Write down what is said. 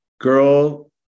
Girl